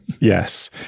Yes